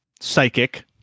Psychic